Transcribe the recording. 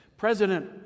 President